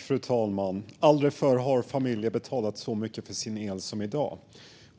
Fru talman! Aldrig förr har familjer betalat så mycket för sin el som i dag.